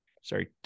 sorry